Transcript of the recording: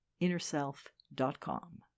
InnerSelf.com